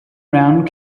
round